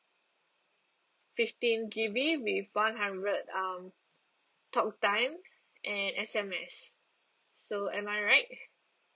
fifteen G_B with one hundred um talk time and S_M_S so am I right